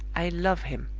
i love him!